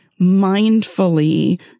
mindfully